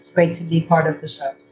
it's great to be part of the show